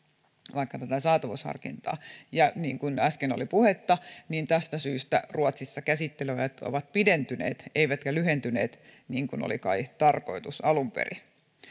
vaikka ei ole tätä saatavuusharkintaa ja niin kuin äsken oli puhetta tästä syystä ruotsissa käsittelyajat ovat pidentyneet eivätkä lyhentyneet niin kuin oli kai tarkoitus alun perin